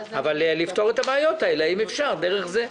אבל לפתור את הבעיות האלה האם אפשר דרך זה.